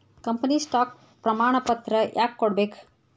company stock ಪ್ರಮಾಣಪತ್ರ ಯಾಕ ಕೊಡ್ಬೇಕ್